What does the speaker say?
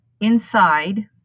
inside